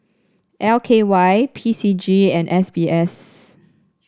L K Y P C G and S B S